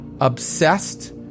obsessed